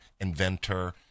inventor